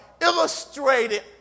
illustrated